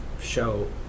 show